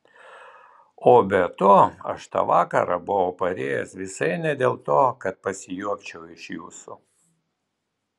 o be to aš tą vakarą buvau parėjęs visai ne dėl to kad pasijuokčiau iš jūsų